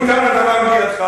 ולו ניתן הדבר בידיך,